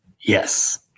Yes